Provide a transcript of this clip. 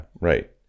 right